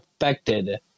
affected